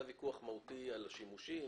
היה ויכוח מהותי על השימושים,